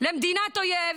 למדינת אויב,